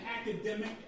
academic